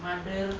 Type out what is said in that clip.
mother